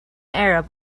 arab